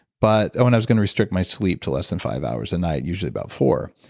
but. oh, and i was gonna restrict my sleep to less than five hours a night, usually about four.